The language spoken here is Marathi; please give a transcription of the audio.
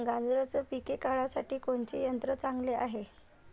गांजराचं पिके काढासाठी कोनचे यंत्र चांगले हाय?